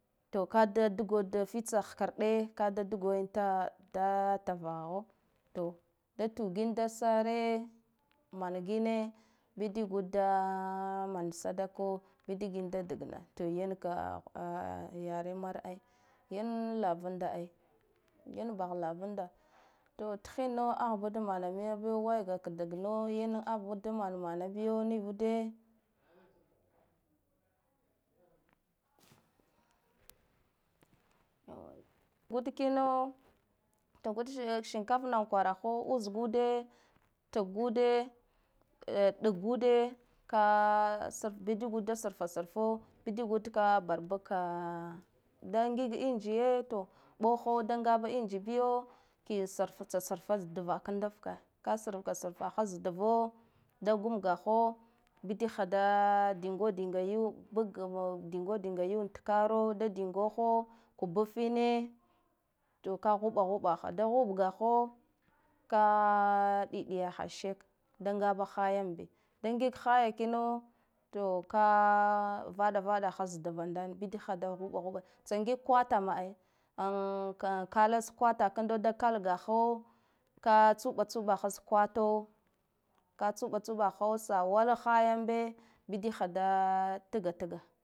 To kada dugo da fitsa hqarde ka da dugo wi da vaha da tugin dad sare mangine bidigud da man sadako bidya ga da dagɓa to yan ka yare mar ai yan lavanda ai, yan bah lavanda, to thinna ahbad mana yan biyo way ka dagna yan avud da manamana biyo nivude, ud kino tugud shikaff na kwara ha utsgude tgude ɗaggude ka bidigud da sarfa sarfa bidigud ka barabuka da ngig injiye ɓoho da nagabaluji biyo kisarfa sarfa dva kanda fka ka sarfa sarfa ha dvo da gumgaho bidigha da ɗingo dinga yuwe takro da dingoho, kubffine to ka huɓahuɓa ha da huɓgaho ka ɗiɗiya sheka da ngaba hayambi da ngig haya kino, to ka vaɗa vaɗa ha za dva ndan bidigha da huɗa huɗa tsa ngig kwa ta ai, an kla za kwa karda dakal gaho ka tsuɓa tsuɓa ha za kwata ka tsuɓa tsuɓa ho sawala hayanbe bidig ha da tgatga.